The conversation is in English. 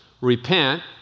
repent